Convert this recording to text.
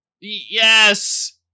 Yes